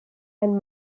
and